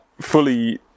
fully